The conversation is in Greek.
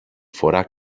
φορά